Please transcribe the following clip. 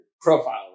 profile